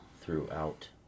throughout